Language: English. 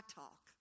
talk